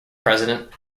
president